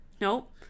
Nope